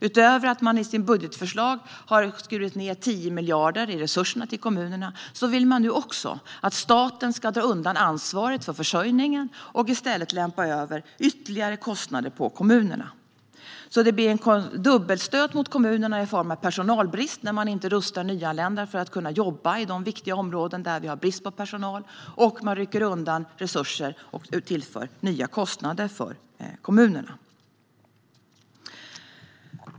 Utöver att de i sitt budgetförslag har skurit ned resurserna till kommunerna med 10 miljarder vill de också att staten ska dra undan ansvaret för försörjningen och i stället lämpa över ytterligare kostnader på kommunerna. Det blir alltså en dubbelstöt mot kommunerna dels i form av personalbrist när man inte rustar nyanlända att kunna jobba i de viktiga områden där det finns personalbrist, dels genom att man rycker undan resurser och tillför nya kostnader för kommunerna.